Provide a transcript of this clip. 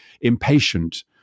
impatient